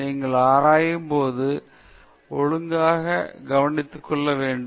நீங்கள் ஆராயும் போது ஒழுங்காக கவனித்துக்கொள்ள வேண்டும்